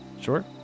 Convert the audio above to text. Sure